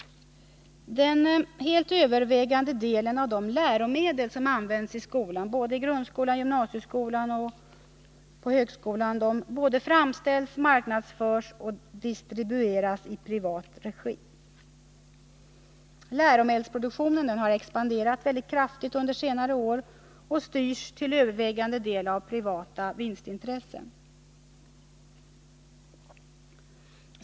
Den helt övervägande delen av de läromedel som används i skolan, både i grundskolan, i gymnasiet och i högskolan, framställs, marknadsförs och distribueras i privat regi. Läromedelsproduktionen har expanderat mycket kraftigt under senare år och styrs till övervägande del av privata vinstintressen.